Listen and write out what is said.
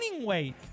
weight